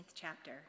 chapter